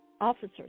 officers